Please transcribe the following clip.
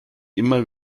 immer